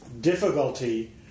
difficulty